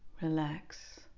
relax